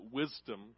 wisdom